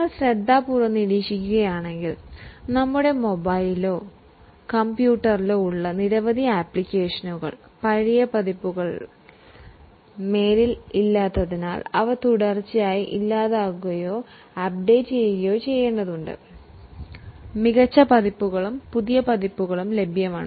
നിങ്ങൾ ശ്രദ്ധാപൂർവ്വം നിരീക്ഷിക്കുകയാണെങ്കിൽ നമ്മളുടെ മൊബൈലിലോ കമ്പ്യൂട്ടറിലോ ഉള്ള നിരവധി ആപ്ലിക്കേഷനുകൾ നീക്കി അല്ലെങ്കിൽ പഴയ വെർഷനുകൾ നിലവിലില്ലാത്തതിനാൽ തുടർച്ചയായി അപ്ഡേറ്റുചെയ്യുന്നു മികച്ച വെർഷനുകളും പുതിയ വെർഷനുകളും ലഭ്യമാണ്